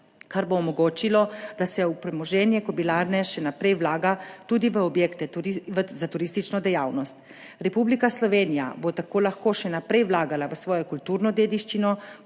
kar bo omogočilo, da se v premoženje Kobilarne še naprej vlaga tudi v objekte za turistično dejavnost. Republika Slovenija bo tako lahko še naprej vlagala v svojo kulturno dediščino,